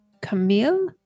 Camille